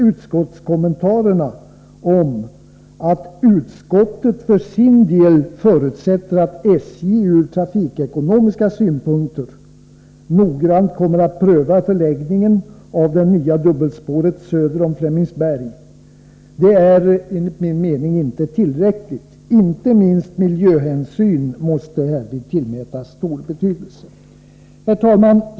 Utskottet gör uttalandet att utskottet för sin del förutsätter att SJ ur trafikekonomiska synpunkter noggrant kommer att pröva förläggningen av det nya dubbelspåret söder om Flemingsberg. Det är enligt min mening inte tillräckligt. Inte minst miljöhänsynen måste tillmätas stor betydelse. Herr talman!